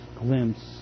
glimpse